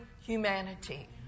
humanity